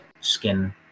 skin